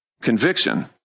conviction